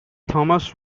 thomas